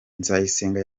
nzayisenga